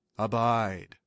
abide